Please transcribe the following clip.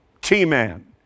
T-Man